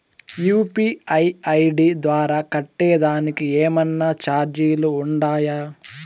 UPI ID ద్వారా కట్టేదానికి ఏమన్నా చార్జీలు ఉండాయా?